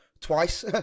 twice